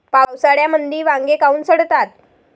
पावसाळ्यामंदी वांगे काऊन सडतात?